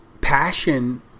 passion